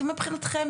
אתם מבחינתכם,